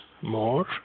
more